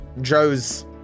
Joe's